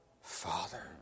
Father